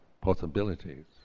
possibilities